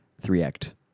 three-act